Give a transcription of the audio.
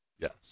Yes